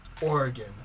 Oregon